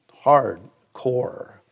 hardcore